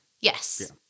Yes